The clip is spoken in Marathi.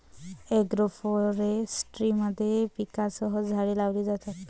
एग्रोफोरेस्ट्री मध्ये पिकांसह झाडे लावली जातात